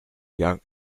young